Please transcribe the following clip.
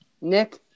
Nick